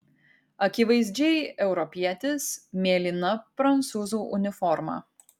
akivaizdžiai europietis mėlyna prancūzų uniforma